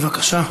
בבקשה.